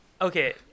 Okay